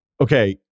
Okay